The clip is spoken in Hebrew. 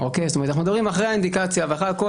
ואנחנו מדברים אחרי האינדיקציה ואחרי הכו,.